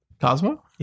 Cosmo